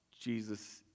Jesus